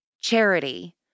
charity